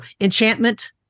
enchantment